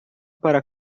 para